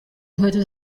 inkweto